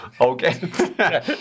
Okay